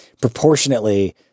proportionately